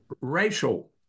racial